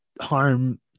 harm